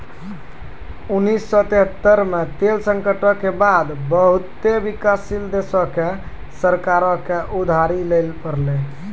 उन्नीस सौ तेहत्तर मे तेल संकटो के बाद बहुते विकासशील देशो के सरकारो के उधारी लिये पड़लै